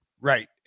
Right